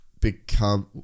become